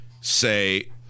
say